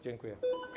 Dziękuję.